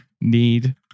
Need